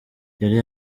yari